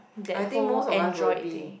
I think most of us will be